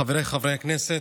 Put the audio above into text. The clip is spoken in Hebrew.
חבריי חברי הכנסת,